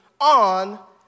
on